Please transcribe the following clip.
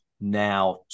now